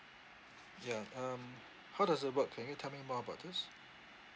yeah um how does it work can you tell me more about this